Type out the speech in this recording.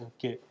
Okay